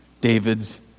David's